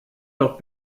noch